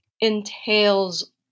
entails